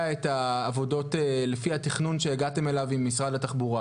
את העבודות לפי התכנון שהגעתם אליו עם משרד התחבורה.